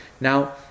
Now